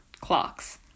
clocks